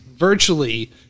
Virtually